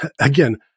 again